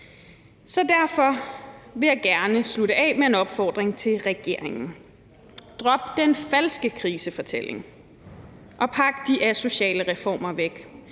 Derfor vil jeg gerne slutte af med en opfordring til regeringen: Drop den falske krisefortælling, og pak de asociale reformer væk.